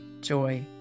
joy